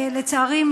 לצערי,